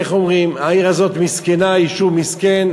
איך אומרים, העיר הזאת מסכנה, יישוב מסכן,